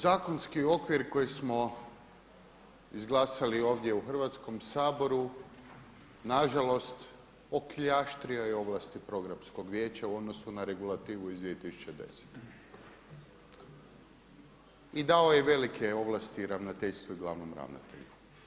Zakonski okvir koji smo izglasali ovdje u Hrvatskom saboru nažalost okljaštrio je ovlasti Programskog vijeća u odnosu na regulativu iz 2010. i dao je velike ovlasti ravnateljstvu i glavnom ravnatelju.